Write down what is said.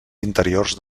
interiors